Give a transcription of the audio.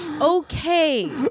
okay